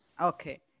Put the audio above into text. Okay